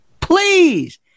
Please